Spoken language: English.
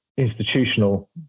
Institutional